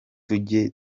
tujye